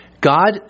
God